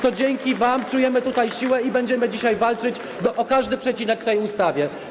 To dzięki wam czujemy tutaj siłę i będziemy dzisiaj walczyć o każdy przecinek w tej ustawie.